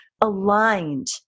aligned